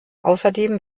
außerdem